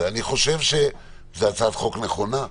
חושב שזו הצעת חוק נכונה,